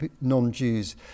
non-Jews